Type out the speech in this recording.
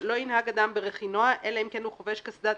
לא ינהג אדם ברכינוע אלא אם כן הוא חובש קסדת